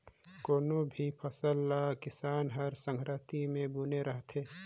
कोनो भी फसल ल किसान हर संघराती मे बूने रहथे